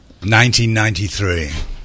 1993